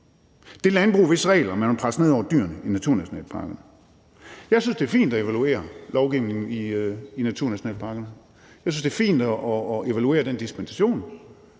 det landbrug, hvis regler man vil presse ned over dyrene i naturnationalparkerne. Jeg synes, det er fint at evaluere lovgivningen i naturnationalparkerne. Jeg synes, det er fint at evaluere den dispensation,